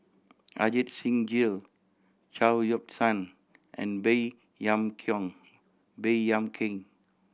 Ajit Singh Gill Chao Yoke San and Baey Yam kong Baey Yam Keng